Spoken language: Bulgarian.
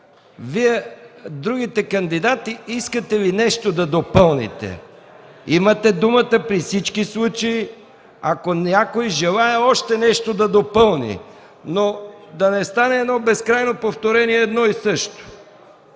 Другите кандидати, искате ли нещо да допълните? Имате думата при всички случаи. Ако някой желае, още нещо да допълни, но да не стане безкрайно повторение на едно и също.